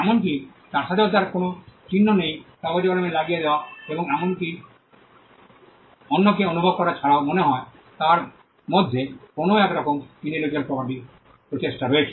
এমনকি তার সাথেও তাঁর কোনও চিহ্ন নেই কাগজে কলম লাগিয়ে দেওয়া বা এমনকি অন্যকে অনুভব করা ছাড়াও মনে হয় যে তাঁর মধ্যে কোনও একরকম ইন্টেলেকচুয়াল প্রচেষ্টা রয়েছে